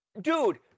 dude